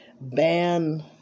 ban